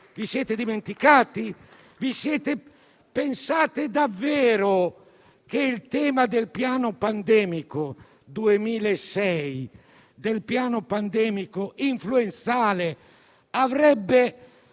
Vi siete dimenticati? Pensate davvero che il tema del piano pandemico 2006, del piano pandemico influenzale, avrebbe